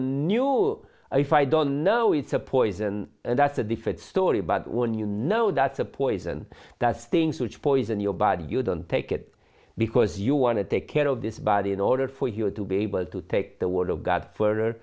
know if i don't know it's a poison that's a different story but when you know that's a poison that stings which poison your body you don't take it because you want to take care of this body in order for you to be able to take the word of god f